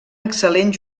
excel·lent